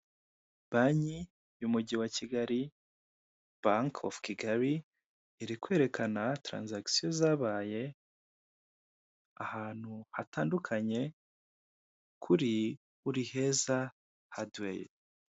Banki yumugi wa kigali banki ofu kigali iri kwerekana taranzagisiyo zabaye ahantu hatandukanye kuri buriheza hadiweya.